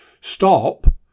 Stop